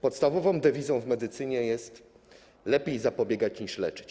Podstawową dewizą w medycynie jest: lepiej zapobiegać, niż leczyć.